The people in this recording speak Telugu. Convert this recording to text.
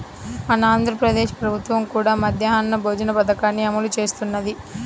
మన ఆంధ్ర ప్రదేశ్ ప్రభుత్వం కూడా మధ్యాహ్న భోజన పథకాన్ని అమలు చేస్తున్నది